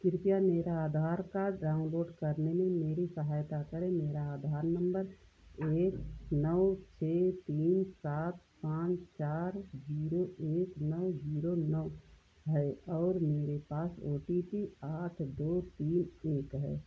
कृपया मेरा Aadhaar card download करने में मेरी सहायता करें मेरा आधार नम्बर एक नौ छह तीन सात पाँच चार ज़ीरो एक नौ ज़ीरो नौ है और मेरे पास ओ टी पी आठ दो तीन एक है